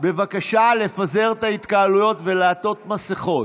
בבקשה לפזר את ההתקהלויות ולעטות מסכות.